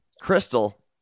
crystal